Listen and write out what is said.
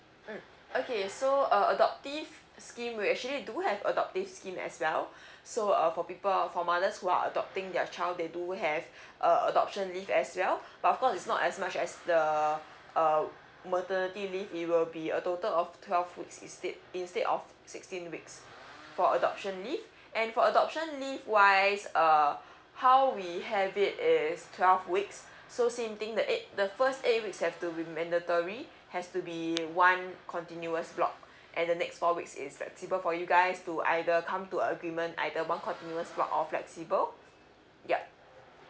mm okay so uh adoptive scheme we actually do have adoptive scheme as well so uh for people for mothers who are adopting their child they do have a adoption leave as well but of course is not as much as the uh maternity leave it will be a total of twelve weeks instead instead of sixteen week for adoption leave and for adoption leave wise uh how we have it is twelve weeks so same thing the eight the first eight week is have to be mandatory has to be one continuous block and the next four weeks is flexible for you guys to either come to agreement either one continuous or one flexible yup